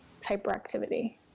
hyperactivity